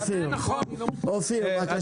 אופיר, בבקשה.